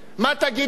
מה תגיד להם?